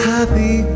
Happy